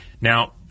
Now